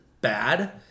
bad